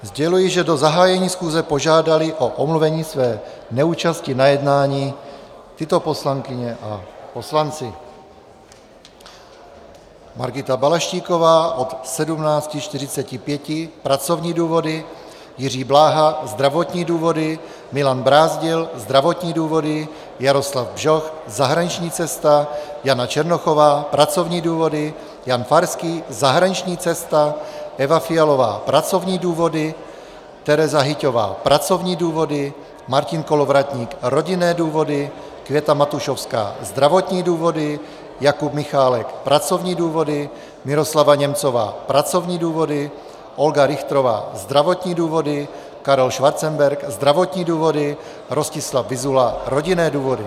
Sděluji, že do zahájení schůze požádali o omluvení své neúčasti na jednání tyto poslankyně a poslanci: Margita Balaštíková od 17.45 pracovní důvody, Jiří Bláha zdravotní důvody, Milan Brázdil zdravotní důvody, Jaroslav Bžoch zahraniční cesta, Jana Černochová pracovní důvody, Jan Farský zahraniční cesta, Eva Fialová pracovní důvody, Tereza Hyťhová pracovní důvody, Martin Kolovratník rodinné důvody, Květa Matušovská zdravotní důvody, Jakub Michálek pracovní důvody, Miroslava Němcová pracovní důvody, Olga Richterová zdravotní důvody, Karel Schwarzenberg zdravotní důvody, Rostislav Vyzula rodinné důvody.